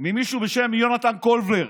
ממישהו בשם יונתן קולבר.